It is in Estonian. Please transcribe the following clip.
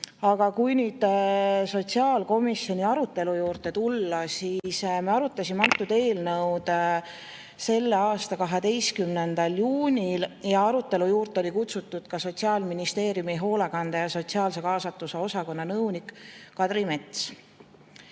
kui nüüd sotsiaalkomisjoni arutelu juurde tulla, siis me arutasime seda eelnõu selle aasta 12. juunil. Arutelu juurde oli kutsutud ka Sotsiaalministeeriumi hoolekande ja sotsiaalse kaasatuse osakonna nõunik Kadri Mets.